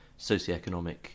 socioeconomic